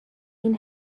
این